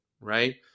right